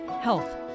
health